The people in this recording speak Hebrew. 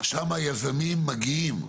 שם יזמים מגיעים.